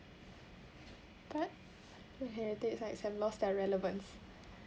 but the heritage sites has lost their relevance